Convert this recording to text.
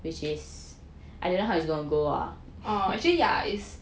oh actually yeah is